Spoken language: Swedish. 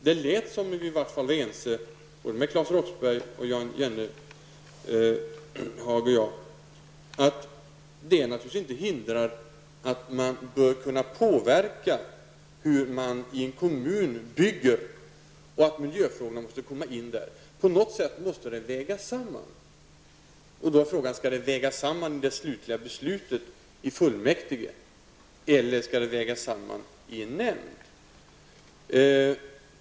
Det lät som om Claes Roxbergh, Jan Jennehag och jag var ense om att det naturligtvis inte hindrar att man bör kunna påverka hur man i en kommun bygger och att miljöfrågorna måste komma med. På något sätt måste de vägas in. Frågan är om de skall vägas in i det slutliga beslutet i fullmäktige eller om de skall vägas in i en nämnd.